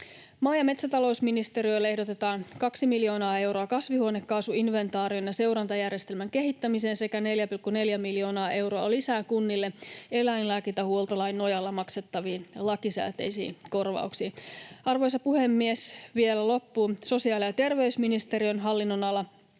Maa- ja metsätalousministeriölle ehdotetaan 2 miljoonaa euroa kasvihuonekaasuinventaarion ja seurantajärjestelmän kehittämiseen sekä 4,4 miljoonaa euroa lisää kunnille eläinlääkintähuoltolain nojalla maksettaviin lakisääteisiin korvauksiin. Arvoisa puhemies! Vielä loppuun sosiaali- ja terveysministeriön hallinnonala: